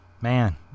Man